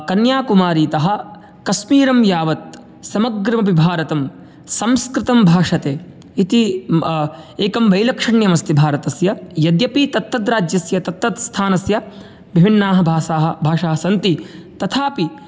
कन्याकुमारीतः कश्मीरं यावत् समग्रमपि भारतं संस्कृतं भाषते इति एकं वैलक्षण्यमस्ति भारतस्य यद्यपि तद् तद् राज्यस्य तद् तद् स्थानस्य विभिन्नाः भाषाः भाषाः सन्ति तथापि